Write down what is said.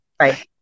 Right